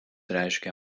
reiškia